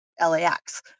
LAX